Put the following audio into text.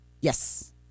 Yes